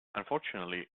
unfortunately